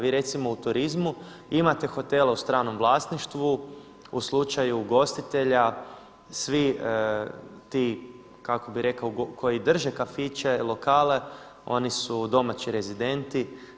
Vi recimo u turizmu imate hotele u stranom vlasništvu u slučaju ugostitelja svi ti kako bih rekao koji drže kafiće, lokale oni su domaći rezidenti.